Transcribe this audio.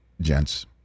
gents